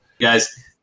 guys